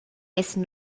essan